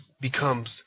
becomes